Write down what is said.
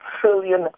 trillion